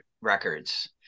records